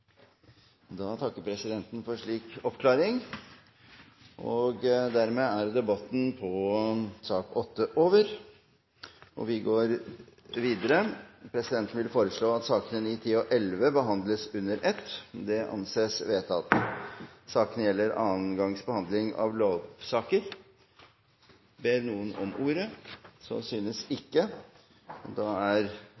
Presidenten takker for en slik oppklaring. Flere har ikke bedt om ordet til sak nr. 8. Presidenten vil foreslå at sakene nr. 9–11 behandles under ett. – Det anses vedtatt. Disse sakene gjelder andre gangs behandling av lovsaker. Ingen har bedt om ordet.